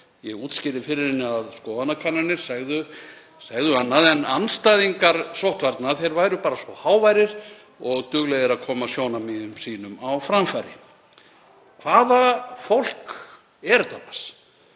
Ég útskýrði fyrir henni að skoðanakannanir segðu annað, en andstæðingar sóttvarna væru bara svo háværir og duglegir að koma sjónarmiðum sínum á framfæri. Hvaða fólk er þetta